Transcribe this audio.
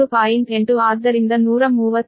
8 ಆದ್ದರಿಂದ 132 KV